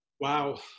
Wow